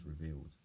revealed